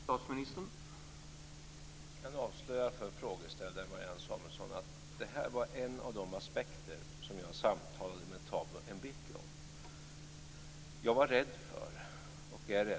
Herr talman! Jag kan avslöja för frågeställaren Marianne Samuelsson att detta var en av de aspekter som jag samtalade med Thabo Mbeki om.